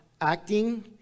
acting